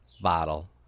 bottle